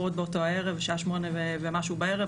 עוד באותו הערב בשעה שמונה ומשהו בערב,